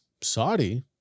Saudi